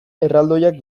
erraldoiak